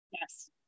Yes